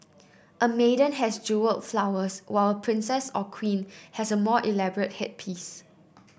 a maiden has jewelled flowers while a princess or queen has a more elaborate headpiece